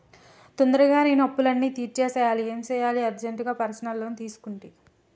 తొందరగా నేను అప్పులన్నీ తీర్చేయాలి ఏం సెయ్యాలి అర్జెంటుగా పర్సనల్ లోన్ తీసుకుంటి